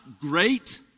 great